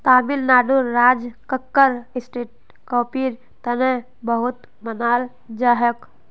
तमिलनाडुर राज कक्कर स्टेट कॉफीर तने बहुत मनाल जाछेक